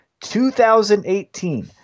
2018